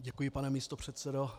Děkuji, pane místopředsedo.